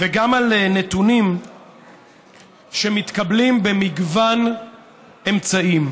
וגם על נתונים שמתקבלים במגוון אמצעים.